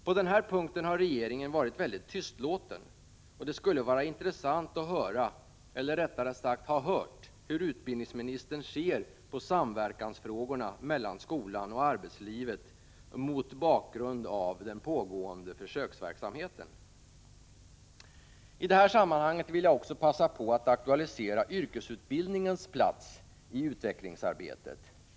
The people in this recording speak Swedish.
På den här punkten har regeringen varit väldigt tystlåten, och det skulle ha varit intressant att höra hur utbildningsministern ser på samverkansfrågorna mellan skolan och arbetslivet mot bakgrund av den pågående försöksverksamheten. I det här sammanhanget vill jag också passa på att aktualisera yrkesutbildningens plats i utvecklingsarbetet.